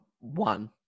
one